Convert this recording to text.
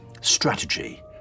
strategy